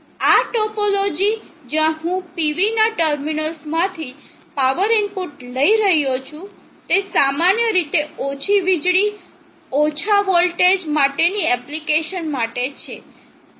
આ ટોપોલોજી જ્યાં હું PV ના ટર્મિનલ્સમાંથી પાવર ઇનપુટ લઈ રહ્યો છું તે સામાન્ય રીતે ઓછી વીજળી ઓછા વોલ્ટેજ માટે ની એપ્લિકેશન માટે છે